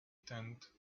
tent